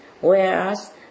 whereas